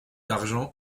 argent